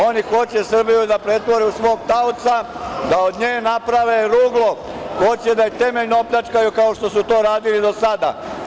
Oni hoće Srbiju da pretvore svog taoca da od nje naprave ruglo, hoće da je temeljno opljačkaju kao što su to radili do sada.